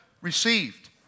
received